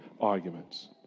arguments